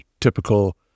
typical